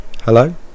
Hello